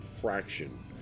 fraction